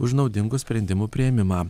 už naudingų sprendimų priėmimą